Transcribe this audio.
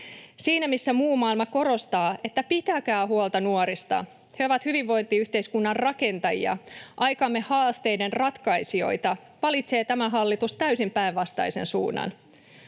Siinä missä muu maailma korostaa, että pitäkää huolta nuorista, he ovat hyvinvointiyhteiskunnan rakentajia, aikamme haasteiden ratkaisijoita, valitsee tämä hallitus täysin päinvastaisen suunnan.